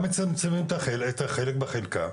גם מצמצמים את החלק בחלקה,